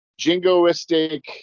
jingoistic